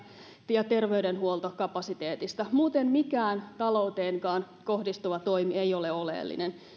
ja terveydenhuoltokapasiteetista muuten mikään talouteenkaan kohdistuva toimi ei ole oleellinen